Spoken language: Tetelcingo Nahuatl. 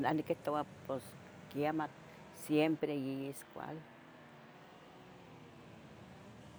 Nah nequehtoua pos quiemah siempre yi yis cuali.